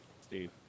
Steve